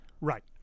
Right